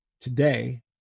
today